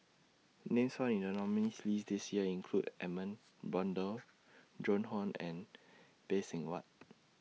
Names found in The nominees' list This Year include Edmund Blundell Joan Hon and Phay Seng Whatt